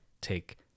take